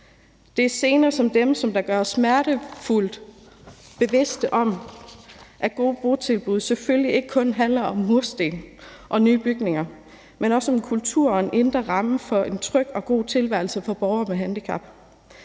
Det er scener som dem, der gør os smertefuldt bevidste om, at gode botilbud selvfølgelig ikke kun handler om mursten og nye bygninger, men også om en kultur og en indre ramme om en tryg og god tilværelse for borgere med handicap.